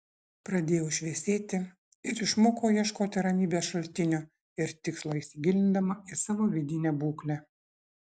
pradėjau šviesėti ir išmokau ieškoti ramybės šaltinio ir tikslo įsigilindama į savo vidinę būklę